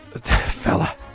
Fella